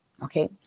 Okay